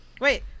Wait